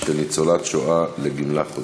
של ניצול/ת שואה לגמלה חודשית.